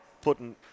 putting